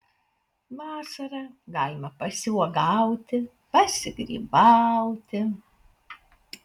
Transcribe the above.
vasarą galima pasiuogauti pasigrybauti